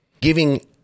giving